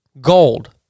Gold